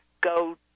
go